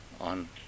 on